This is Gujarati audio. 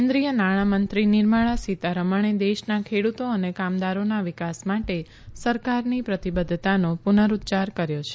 કેન્દ્રીય નાણાંમંત્રી નિર્મળા સીતારમણે દેશના ખેડુતો અને કામદારોના વિકાસ માટે સરકારની પ્રતિબદ્ધતાનો પુનરુચ્યાર કર્યો છે